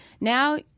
Now